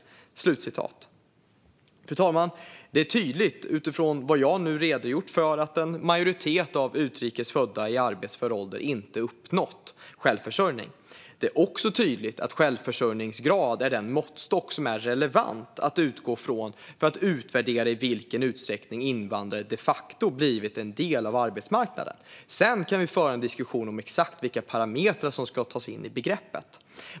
Fru talman! Det är tydligt, utifrån vad jag nu redogjort för, att en majoritet av utrikes födda i arbetsför ålder inte uppnått självförsörjning. Det är också tydligt att självförsörjningsgrad är den måttstock som är relevant att utgå ifrån för att utvärdera i vilken utsträckning invandrare de facto blivit en del av arbetsmarknaden. Sedan kan vi föra en diskussion om exakt vilka parametrar som ska tas in i begreppet.